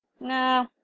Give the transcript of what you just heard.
No